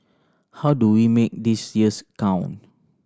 how do we make these years count